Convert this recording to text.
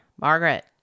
Margaret